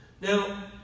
Now